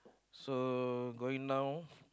so going down